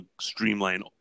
streamline